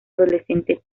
adolescente